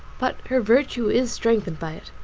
but her virtue is strengthened by it.